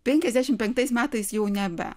penkiasdešimt penktais metais jau nebe